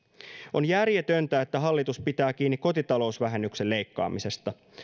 on järjetöntä että hallitus pitää kiinni kotitalousvähennyksen leikkaamisesta